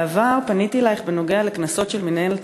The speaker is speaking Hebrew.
בעבר פניתי אלייך בנוגע לקנסות של מינהלת